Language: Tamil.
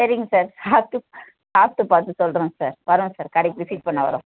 சரிங்க சார் சாப்பிடு சாப்பிட்டு பார்த்து சொல்கிறோம் சார் வரோம் சார் கடைக்கு விசிட் பண்ண வரோம்